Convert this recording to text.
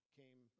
came